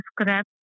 scrap